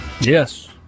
Yes